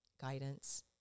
guidance